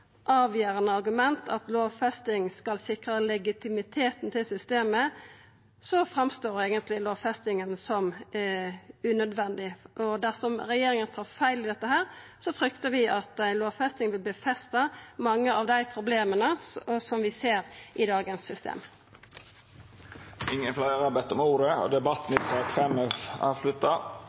avgjerande argument at lovfesting skal sikra legitimiteten til systemet, framstår eigentleg lovfestinga som unødvendig. Dersom regjeringa tar feil i dette, fryktar vi at ei lovfesting vil forsterka mange av dei problema som vi ser i dagens system. Fleire har ikkje bedt om ordet til sak nr. 5. Etter ynske frå helse- og omsorgskomiteen vil presidenten ordna debatten